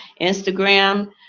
Instagram